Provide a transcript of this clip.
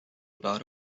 about